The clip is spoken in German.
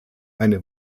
eine